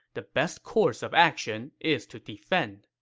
the best course of action is to defend.